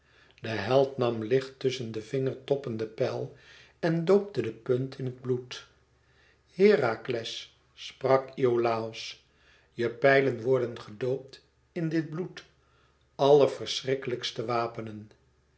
de held nam licht tusschen de vingertoppen de pijl en doopte de punt in het bloed herakles sprak iolàos je pijlen worden gedoopt in dit bloed allerverschrikkelijkste wapenen